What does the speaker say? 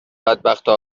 بدبختا